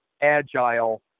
agile